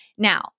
Now